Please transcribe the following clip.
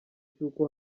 cy’uko